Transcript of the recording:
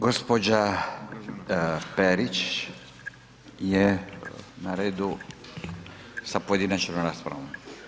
Gospođa Perić je na redu sa pojedinačnom raspravom.